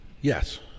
Yes